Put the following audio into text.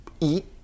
eat